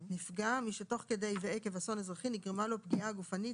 "נפגע" מי שתוך כדי ועקב אסון אזרחי נגרמה לו פגיעה גופנית,